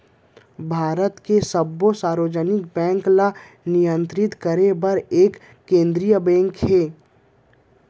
भारत के सब्बो सार्वजनिक बेंक ल नियंतरित करे बर एक केंद्रीय बेंक हे